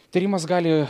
tyrimas gali